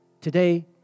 Today